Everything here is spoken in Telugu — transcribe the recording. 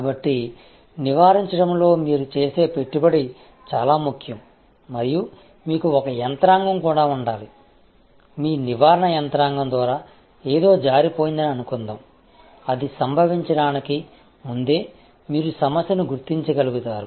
కాబట్టి నివారించడంలో మీరు చేసే పెట్టుబడి చాలా ముఖ్యం మరియు మీకు ఒక యంత్రాంగం కూడా ఉండాలి మీ నివారణ యంత్రాంగం ద్వారా ఏదో జారిపోయిందని అనుకుందాం అది సంభవించడానికి ముందే మీరు సమస్యను గుర్తించగలుగుతారు